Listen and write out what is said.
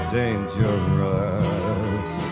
dangerous